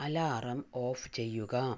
alarm off ചെയ്യുക